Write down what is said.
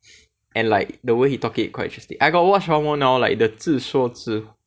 and like the way he talk it quite interesting I got watch one more now like the 自说自